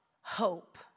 hope